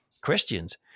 Christians